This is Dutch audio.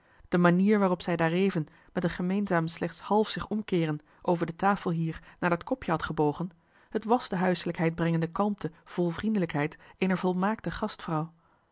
de manier waarop zij daareven met een gemeenzaam slechts half zich omkeeren over de tafel hier naar dat kopje had gebogen het wàs de huiselijkheid brengende kalmte vol vriendelijkheid eener volmaakte gastvrouw